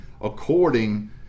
according